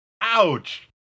Ouch